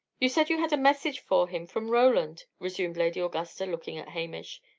you said you had a message for him from roland, resumed lady augusta, looking at hamish.